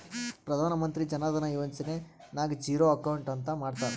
ಪ್ರಧಾನ್ ಮಂತ್ರಿ ಜನ ಧನ ಯೋಜನೆ ನಾಗ್ zero account ಅಂತ ಮಾಡ್ತಾರ